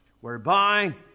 whereby